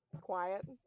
quiet